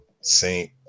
Saint